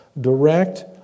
direct